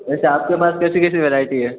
वैसे आपके पास कैसी कैसी वैराइटी हैं